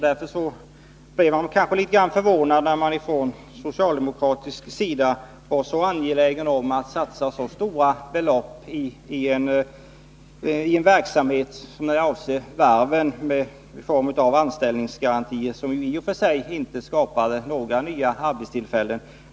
Därför blev vi förvånade när man från socialdemokratisk sida var så angelägen att i varvsindustrin satsa stora belopp i form av anställningsgarantier, som inte skapade några nya arbetstillfällen.